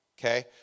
okay